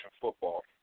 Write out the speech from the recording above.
football